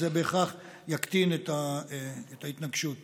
זה בהכרח יקטין את ההתנגשות הכספית.